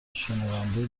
شنونده